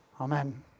Amen